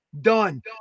Done